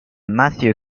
matthew